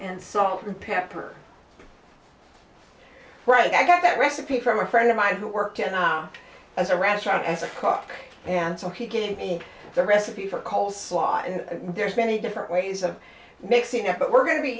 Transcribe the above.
and salt and pepper right i got that recipe from a friend of mine who worked in iowa as a rationale as a cook and so he gave me the recipe for cole slaw and there's many different ways of mixing it but we're go